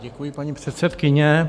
Děkuji, paní předsedkyně.